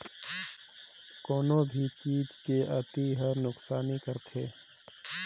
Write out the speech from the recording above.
कोनो भी चीज के अती हर नुकसानी करथे